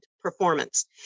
Performance